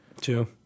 Two